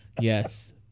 Yes